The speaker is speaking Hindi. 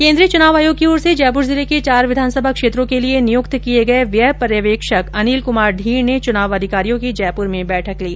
केन्द्रीय चुनाव आयोग की ओर से जयपुर जिले के चार विधानसभा क्षेत्रों के लिये नियुक्त किये गये व्यय पर्यवेक्षक अनिल कुमार धीर ने चुनाव अधिकारियों की जयपुर में बैठक ली